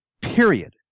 Period